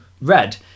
red